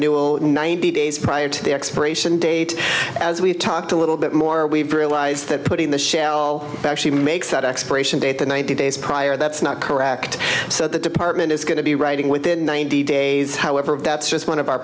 renewal ninety days prior to the expiration date as we've talked a little bit more we've realized that putting the shell actually makes at expiration date the ninety days prior that's not correct so the department is going to be writing within ninety days however